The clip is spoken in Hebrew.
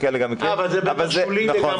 אבל זה שולי לגמרי.